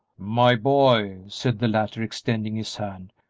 my boy, said the latter, extending his hand,